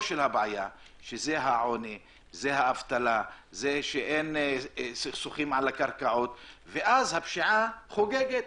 הבעיה שזה העוני האבטלה וסכסוכים על הקרקעות הפשיעה חוגגת